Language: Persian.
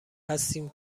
هستیم